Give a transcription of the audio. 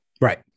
Right